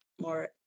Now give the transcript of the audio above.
more